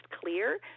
clear